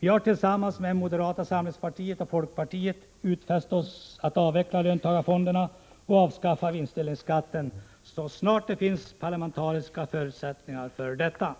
Vi har tillsammans med moderata samlingspartiet och folkpartiet utfäst oss att avveckla löntagarfonderna och avskaffa vinstdelningsskatten så snart det finns parlamentariska förutsättningar för detta.